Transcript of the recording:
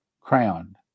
crowned